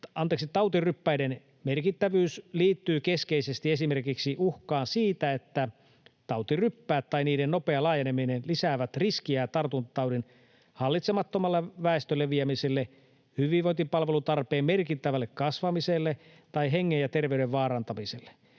Tautiryppäiden merkittävyys liittyy keskeisesti esimerkiksi uhkaan siitä, että tautiryppäät ja niiden nopea laajeneminen lisäävät riskiä tartuntataudin hallitsemattomalle väestöleviämiselle, hyvinvointipalvelutarpeen merkittävälle kasvamiselle tai hengen ja terveyden vaarantamiselle.